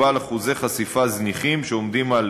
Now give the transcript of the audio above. הוא בעל אחוזי חשיפה זניחים שעומדים על